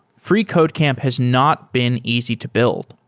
freecodecamp has not been easy to build.